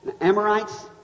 Amorites